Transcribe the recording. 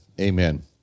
amen